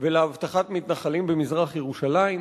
ולאבטחת מתנחלים במזרח-ירושלים.